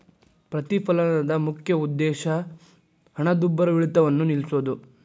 ಪ್ರತಿಫಲನದ ಮುಖ್ಯ ಉದ್ದೇಶ ಹಣದುಬ್ಬರವಿಳಿತವನ್ನ ನಿಲ್ಸೋದು